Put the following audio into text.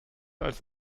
als